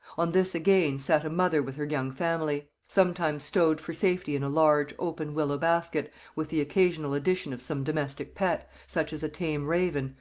on this, again, sat a mother with her young family, sometimes stowed for safety in a large, open, willow basket, with the occasional addition of some domestic pet such as a tame raven,